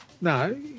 no